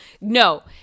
no